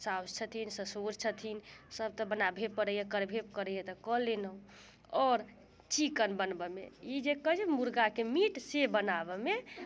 साउस छथिन ससुर छथिन सभ तऽ बनाबहे पड़ैया करबे पड़ैया तऽ कऽ लेलहुँ आओर चिकन बनबऽमे ई जे कहैत छै मुर्गाके मीट से बनाबैमे